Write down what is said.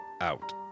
out